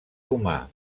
humà